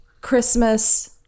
Christmas